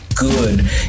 Good